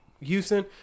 Houston